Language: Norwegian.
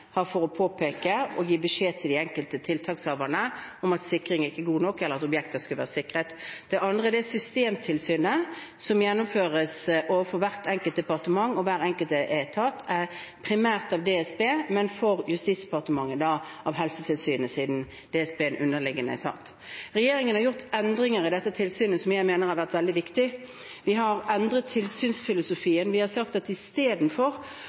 har for å påpeke og gi beskjed til de enkelte tiltakshaverne om at sikringen ikke er god nok, eller at objektet skulle vært sikret. Det andre er systemtilsynet som gjennomføres overfor hvert enkelt departement og hver enkelt etat, primært av DSB – av Helsetilsynet, DSBs underliggende etat – men for Justisdepartementet. Regjeringen har gjort endringer i disse tilsynene, som jeg mener har vært veldig viktig. Vi har endret tilsynsfilosofien. Vi har sagt at istedenfor